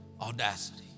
audacity